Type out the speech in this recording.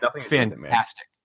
fantastic